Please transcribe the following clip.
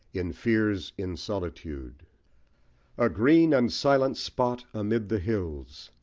in fears in solitude a green and silent spot amid the hills,